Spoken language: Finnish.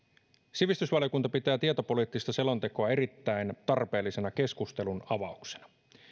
sivistysvaliokunta pitää tietopoliittista selontekoa erittäin tarpeellisena keskustelunavauksena